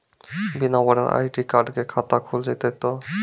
बिना voter ID card के खाता खुल जैते तो?